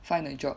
find a job